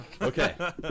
Okay